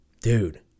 dude